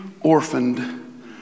orphaned